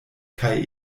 kaj